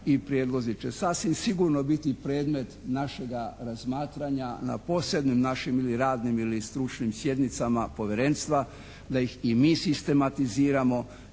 prijedlozi će sasvim sigurno biti predmet našega razmatranja posebno na našim radnim ili stručnim sjednicama povjerenstva da ih i mi sistematiziramo